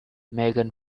megan